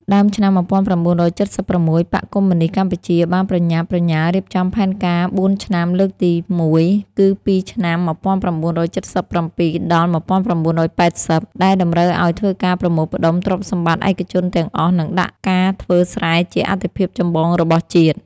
ដើមឆ្នាំ១៩៧៦ បក្សកុម្មុយនីស្តកម្ពុជាបានប្រញាប់ ប្រញាល់រៀបចំផែនការបួនឆ្នាំលើកទីមួយ គឺពីឆ្នាំ ១៩៧៧-១៩៨០ ដែលតម្រូវឱ្យធ្វើការប្រមូលផ្តុំព្រទ្យសម្បត្តិឯកជនទាំងអស់ និងដាក់ការធ្វើស្រែជាអាទិភាពចម្បងរបស់ជាតិ។